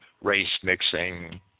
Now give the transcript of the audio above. race-mixing